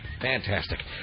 Fantastic